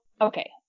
okay